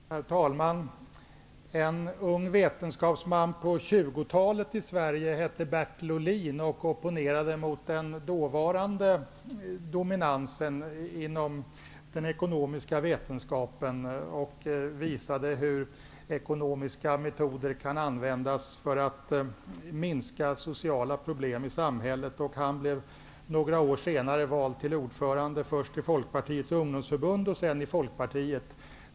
Herr talman! En ung vetenskapsman i Sverige på 20-talet hette Bertil Ohlin. Han opponerade mot den dåvarande dominansen inom den ekonomiska vetenskapen och visade hur ekonomiska metoder kunde användas för att minska sociala problem i samhället. Han blev några år senare vald till ordförande, först i Folkpartiets ungdomsförbund och sedan i Folkpartiet.